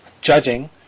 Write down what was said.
judging